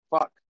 Fuck